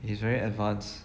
it's very advanced